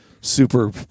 super